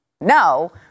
No